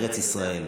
ארץ ישראל,